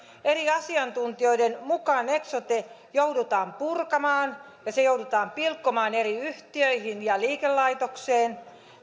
eri asiantuntijoiden mukaan eksote joudutaan purkamaan ja se joudutaan pilkkomaan eri yhtiöihin ja liikelaitokseen